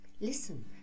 Listen